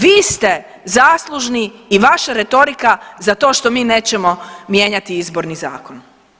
Vi ste zaslužni i vaša retorika za to što mi nećemo mijenjati izborni zakon.